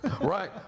Right